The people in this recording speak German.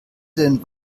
den